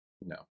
no